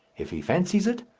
if he fancies it,